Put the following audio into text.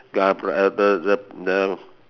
uh uh uh the the